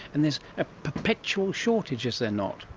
and there's a perpetual shortage, is there not?